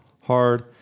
hard